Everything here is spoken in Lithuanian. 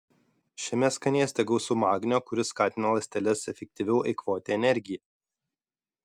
šiame skanėste gausu magnio kuris skatina ląsteles efektyviau eikvoti energiją